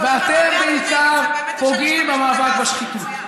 ואתם בעיקר פוגעים במאבק בשחיתות,